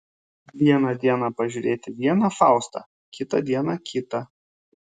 vieną dieną pažiūrėti vieną faustą kitą dieną kitą